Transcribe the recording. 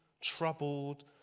troubled